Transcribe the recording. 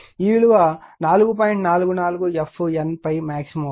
44 fN ∅maxఅవుతుంది